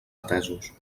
atesos